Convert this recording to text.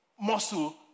muscle